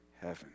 heaven